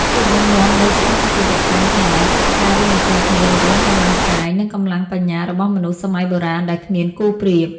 ភាពរឹងមាំនៃស្ថាបត្យកម្មខ្មែរគឺជាការរួមបញ្ចូលគ្នារវាងកម្លាំងកាយ និង កម្លាំងបញ្ញារបស់មនុស្សសម័យបុរាណដែលគ្មានគូប្រៀប។